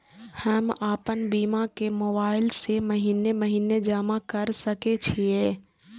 हम आपन बीमा के मोबाईल से महीने महीने जमा कर सके छिये?